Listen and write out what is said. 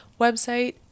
website